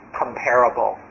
comparable